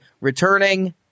returning